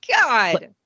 God